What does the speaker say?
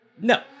No